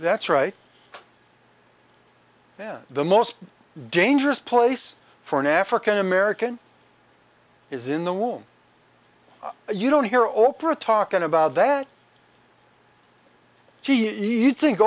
that's right and the most dangerous place for an african american is in the womb you don't hear oprah talking about that she you think